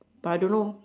but I don't know